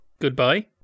Goodbye